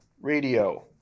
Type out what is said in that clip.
radio